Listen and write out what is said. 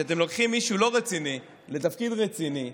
כשאתם לוקחים מישהו לא רציני לתפקיד רציני,